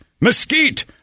mesquite